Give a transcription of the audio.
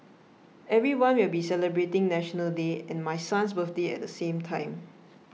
everyone will be celebrating National Day and my son's birthday at the same time